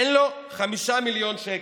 אין לו 5 מיליון שקל.